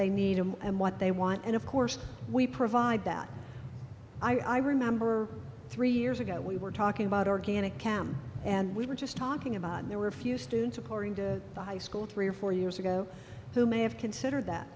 they need and what they want and of course we provide that i remember three years ago we were talking about organic cam and we were just talking about there were a few students according to high school three or four years ago who may have considered that